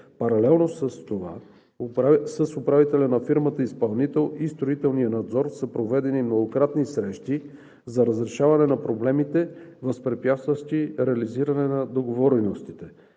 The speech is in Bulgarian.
Паралелно с това с управителя на фирмата изпълнител и със строителния надзор са проведени многократни срещи за разрешаване на проблемите, възпрепятстващи реализирането на договореностите.